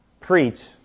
preach